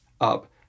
up